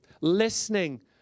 listening